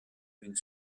une